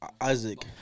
Isaac